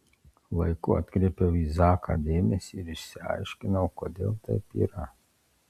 laiku atkreipiau į zaką dėmesį ir išsiaiškinau kodėl taip yra